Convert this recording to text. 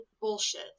bullshit